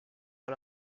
par